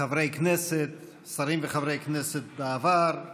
אבקש מחברי הכנסת ומכל הקהל לכבד את זכרו